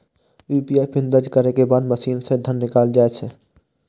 UPI PIN दर्ज करै के बाद मशीन सं धन निकैल जायत